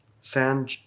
San